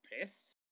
pissed